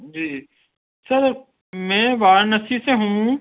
جی sir میں وارانسی سے ہوں